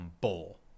Bowl